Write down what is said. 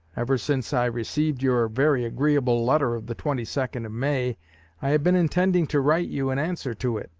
ever since i received your very agreeable letter of the twenty-second of may, i have been intending to write you in answer to it.